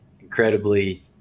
incredibly